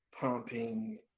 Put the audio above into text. pumping